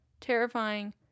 Terrifying